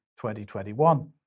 2021